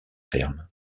terme